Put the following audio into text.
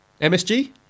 MSG